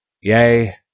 Yea